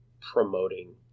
promoting